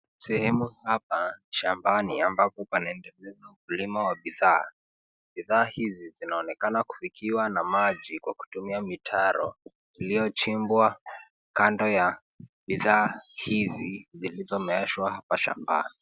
Sehemu hapa shambani ambapo panaendeleza ukulima wa bidhaa. Bidhaa hizi zinaonekana kufikiwa na maji kwa kutumia mitaro iliyochimbwa kando ya bidhaa hizi zilizomeeshwa hapa shambani.